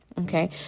Okay